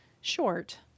short